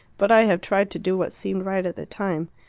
but i have tried to do what seemed right at the time.